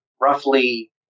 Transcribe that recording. roughly